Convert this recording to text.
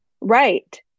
Right